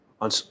on